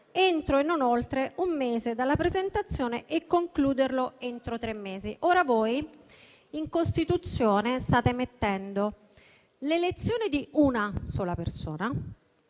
entro e non oltre un mese dalla presentazione e concluderlo entro tre mesi"». Ora, voi in Costituzione state mettendo l'elezione di una sola persona